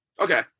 Okay